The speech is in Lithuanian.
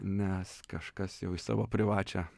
nes kažkas jau į savo privačią